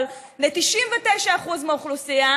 אבל ל-99% מהאוכלוסייה,